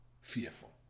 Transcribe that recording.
fearful